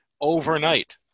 Overnight